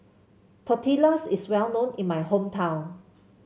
Tortillas is well known in my hometown